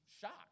shocked